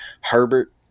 Herbert